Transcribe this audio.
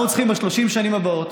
ב-30 השנים הבאות